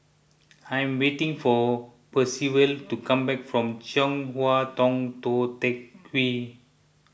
I'm waiting for Percival to come back from Chong Hua Tong Tou Teck Hwee